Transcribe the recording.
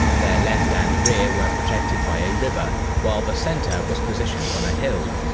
their left and rear were protected by a river, while the center was positioned on a hill.